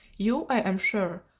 you, i am sure,